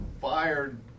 fired